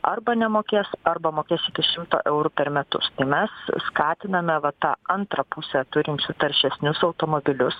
arba nemokės arba mokės iki šimto eurų per metus tai mes skatiname va tą antrą pusę turinčių taršesnius automobilius